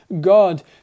God